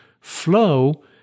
Flow